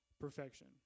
perfection